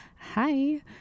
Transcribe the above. hi